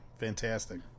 fantastic